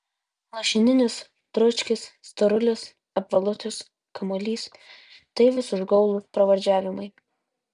lašininis dručkis storulis apvalutis kamuolys tai vis užgaulūs pravardžiavimai